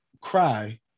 cry